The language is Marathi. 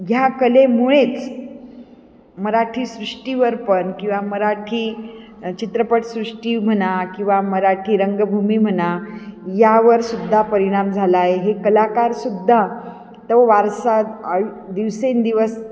ह्या कलेमुळेच मराठी सृष्टीवर पण किंवा मराठी चित्रपटसृष्टी म्हणा किंवा मराठी रंगभूमी म्हणा यावरसुद्धा परिणाम झाला आहे हे कलाकारसुद्धा तो वारसा दिवसेंदिवस